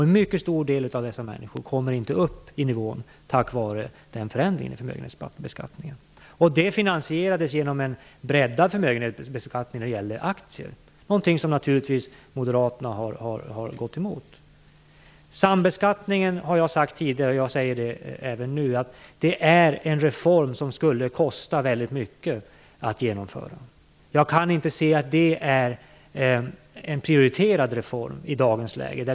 En mycket stor del av dessa människor kommer inte upp i den nivån tack vare denna förändring. Detta finansierades genom en breddad förmögenhetsbeskattning på aktier, något som Moderaterna naturligtvis gått emot. En reform när det gäller sambeskattningen skulle, det har jag sagt tidigare och jag säger det igen, kosta väldigt mycket att genomföra. Jag kan inte se att det är en prioriterad reform i dagens läge.